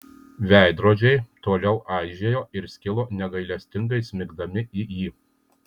veidrodžiai toliau aižėjo ir skilo negailestingai smigdami į jį